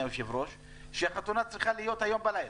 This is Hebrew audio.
שהחתונה צריכה להיות הלילה.